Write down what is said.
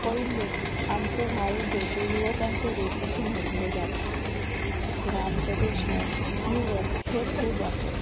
पयलीच आमचो भारत देश युवकांचो देश असो म्हटलो जाता ह्या आमच्या देशांत युवक हे खूब आसत